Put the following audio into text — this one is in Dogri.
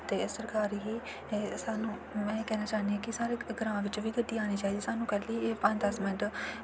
ते सरकार गी सानूं में एह् कैह्ना चाह्न्नी आं कि साढ़े ग्रां बिच्च गी गड्डी आनी चाहिदी सानूं कैह्ली पंज दस मिंट